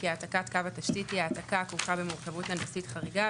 כי העתקת גוף התשתית היא העתקה הכרוכה במורכבות יחסית חריגה,